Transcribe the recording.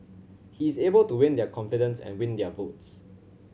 he is able to win their confidence and win their votes